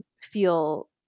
feel